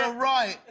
ah right,